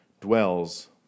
dwells